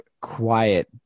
quiet